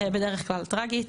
בדרך כלל טראגית,